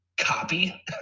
copy